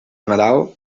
nadal